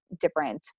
different